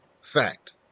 fact